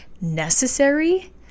necessary